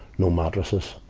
no mattresses,